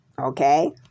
Okay